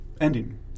ending